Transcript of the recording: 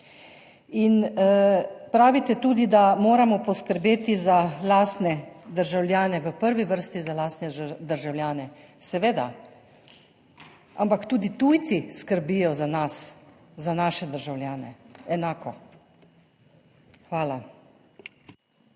In pravite tudi, da moramo poskrbeti za lastne državljane, v prvi vrsti za lastne državljane. Seveda, ampak tudi tujci skrbijo za nas, za naše državljane, enako. Hvala.